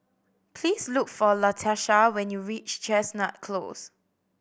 please look for Latasha when you reach Chestnut Close